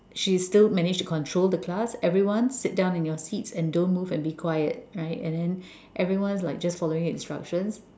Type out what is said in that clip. she still managed to control the class everyone sit down in your seats and don't move and be quiet right and then everyone is like just following instructions